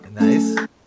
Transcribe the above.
Nice